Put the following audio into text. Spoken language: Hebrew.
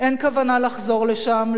אין כוונה לחזור לשם,